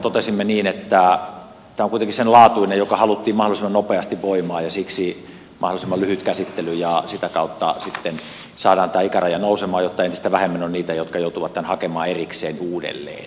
totesimme että tämä on kuitenkin sen laatuinen että halutaan se mahdollisimman nopeasti voimaan ja siksi mahdollisimman lyhyt käsittely ja sitä kautta sitten saadaan tämä ikäraja nousemaan jotta entistä vähemmän on niitä jotka joutuvat tämän hakemaan erikseen uudelleen